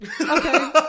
Okay